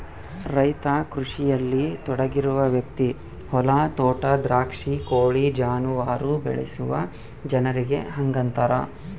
ರೈತ ಕೃಷಿಯಲ್ಲಿ ತೊಡಗಿರುವ ವ್ಯಕ್ತಿ ಹೊಲ ತೋಟ ದ್ರಾಕ್ಷಿ ಕೋಳಿ ಜಾನುವಾರು ಬೆಳೆಸುವ ಜನರಿಗೆ ಹಂಗಂತಾರ